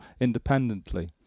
independently